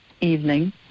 evening